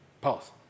Pause